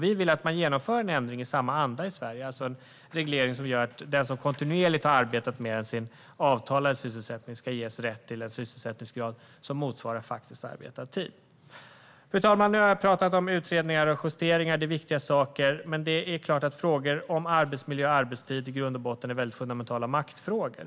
Vi vill att man genomför en ändring i samma anda i Sverige med en reglering som gör att den som kontinuerligt har arbetat mer än sin avtalade sysselsättning ska ges rätt till en sysselsättningsgrad som motsvarar faktisk arbetad tid. Fru talman! Nu har jag talat om utredningar och justeringar. Det är viktiga saker. Men det är klart att frågor om arbetsmiljö och arbetstid i grund och botten är väldigt fundamentala maktfrågor.